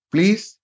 Please